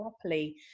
properly